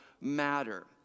matter